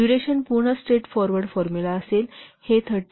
duration पुन्हा straight forward formula असेल हे 38